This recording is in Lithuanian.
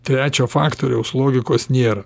trečio faktoriaus logikos nėra